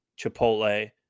Chipotle